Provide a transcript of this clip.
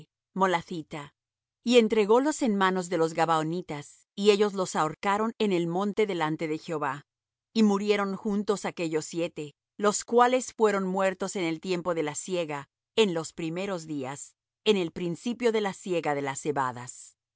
de barzillai molathita y entrególos en manos de los gabaonitas y ellos los ahorcaron en el monte delante de jehová y murieron juntos aquellos siete lo cuales fueron muertos en el tiempo de la siega en los primeros días en el principio de la siega de las cebadas